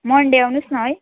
Monday आउनुहोस् न है